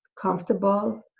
comfortable